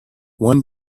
one